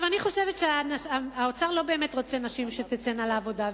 אני חושבת שהאוצר לא באמת רוצה שנשים תצאנה לעבודה.